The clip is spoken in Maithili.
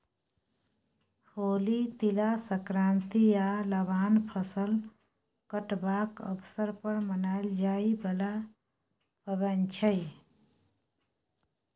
होली, तिला संक्रांति आ लबान फसल कटबाक अबसर पर मनाएल जाइ बला पाबैन छै